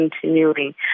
continuing